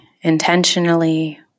intentionally